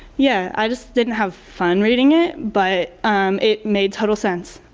yeah, i just didn't have fun reading it, but it made total sense.